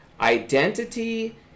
Identity